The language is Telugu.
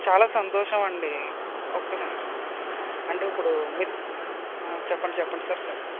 చాలా సంతోషం అండి ఒక్క నిమిషం అంటే ఇప్పుడు మీరు ఆ చెప్పండి చెప్పండి సార్ చెప్పండి